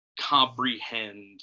comprehend